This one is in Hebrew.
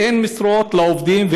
ואין משרות לעובדים,